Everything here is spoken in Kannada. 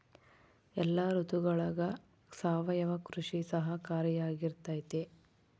ಎಲ್ಲ ಋತುಗಳಗ ಸಾವಯವ ಕೃಷಿ ಸಹಕಾರಿಯಾಗಿರ್ತೈತಾ?